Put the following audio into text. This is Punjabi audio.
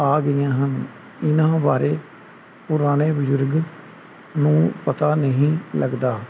ਆ ਗਈਆਂ ਹਨ ਇਹਨਾਂ ਬਾਰੇ ਪੁਰਾਣੇ ਬਜ਼ੁਰਗ ਨੂੰ ਪਤਾ ਨਹੀਂ ਲੱਗਦਾ